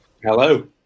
Hello